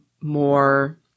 more